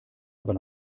aber